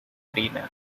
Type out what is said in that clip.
arena